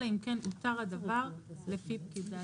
אלא אם כן הותר הדבר לפי פקודה זו.